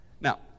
Now